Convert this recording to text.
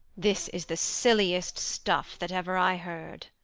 this is the silliest stuff that ever i heard.